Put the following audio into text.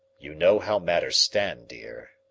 you know how matters stand, dear,